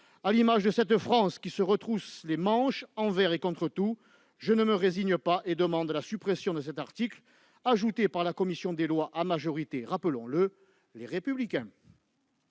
À l'image de cette France qui se retrousse les manches, envers et contre tout, je ne me résigne pas : je demande la suppression de cet article ajouté par la commission des lois à majorité, rappelons-le, Les Républicains.